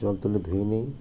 জল তুলে ধুয়ে নেই